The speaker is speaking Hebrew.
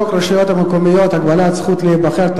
חוק הרשויות המקומיות (הגבלת הזכות להיבחר),